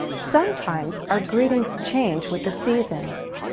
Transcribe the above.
sometimes our greetings change with the seasons.